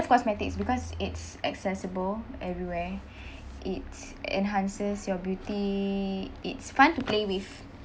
love cosmetics because it's accessible everywhere it enhances your beauty it's fun to play with